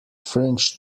french